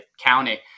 county